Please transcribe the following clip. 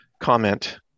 comment